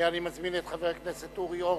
אני מזמין את חבר הכנסת אורי אורבך,